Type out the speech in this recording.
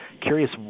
curious